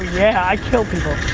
yeah, i kill people.